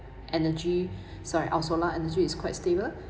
energy sorry our solar energy is quite stable